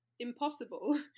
impossible